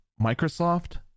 Microsoft